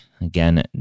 Again